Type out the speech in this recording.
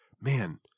man